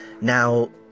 Now